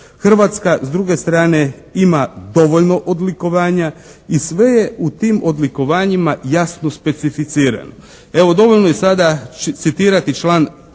Hrvatska s druge strane ima dovoljno odlikovanja i sve je u tim odlikovanjima jasno specificirano. Evo dovoljno je sada citirati član, članak